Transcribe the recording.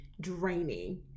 draining